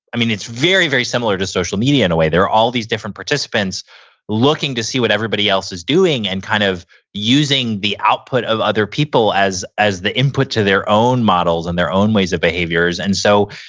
i mean, it's very, very similar to social media in a way. there are all these different participants looking to see what everybody else is doing and kind of using the output of other people as as the input to their own models and their own ways of behaviors. and so,